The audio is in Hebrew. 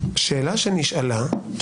השאלה שנשאלה היא,